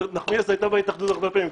חברת הכנסת נחמיאס הייתה בהתאחדות הרבה פעמים,